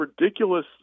ridiculous